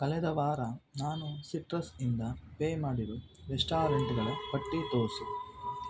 ಕಳೆದ ವಾರ ನಾನು ಸಿಟ್ರಸ್ಸಿಂದ ಪೇ ಮಾಡಿರೋ ರೆಸ್ಟಾರೆಂಟ್ಗಳ ಪಟ್ಟಿ ತೋರಿಸು